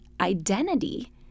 identity